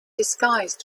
disguised